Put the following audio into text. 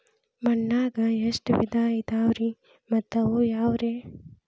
ಮಣ್ಣಾಗ ಎಷ್ಟ ವಿಧ ಇದಾವ್ರಿ ಮತ್ತ ಅವು ಯಾವ್ರೇ?